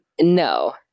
No